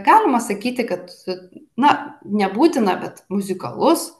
galima sakyti kad na nebūtina bet muzikalus